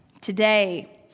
Today